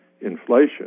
inflation